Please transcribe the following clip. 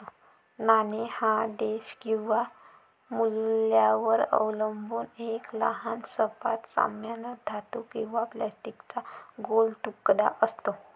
नाणे हा देश किंवा मूल्यावर अवलंबून एक लहान सपाट, सामान्यतः धातू किंवा प्लास्टिकचा गोल तुकडा असतो